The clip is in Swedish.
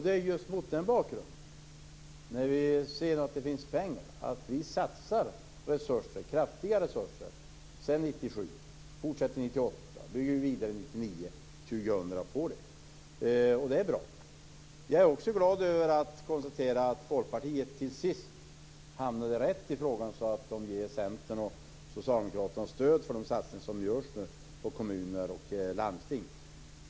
Det är just mot den bakgrunden, när vi ser att det finns pengar, som vi har satsat kraftiga resurser sedan 1997. Vi fortsätter under 1998 och bygger vidare under 1999 och 2000. Och det är bra. Jag är också glad över att konstatera att Folkpartiet till sist hamnade rätt i frågan och gav Centern och Socialdemokraterna stöd för de satsningar som görs på kommuner och landsting.